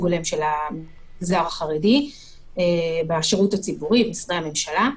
הולם של המגזר החרדי בשירות הציבורי ובמשרדי הממשלה.